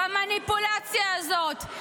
במניפולציה הזאת.